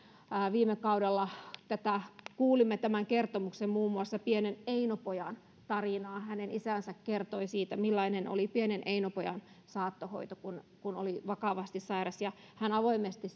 viime kaudella tätä asiaa kuulimme muun muassa pienen eino pojan tarinaa hänen isänsä kertoi siitä millainen oli pienen eino pojan saattohoito kun tämä oli vakavasti sairas hän avoimesti